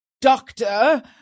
doctor